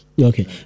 Okay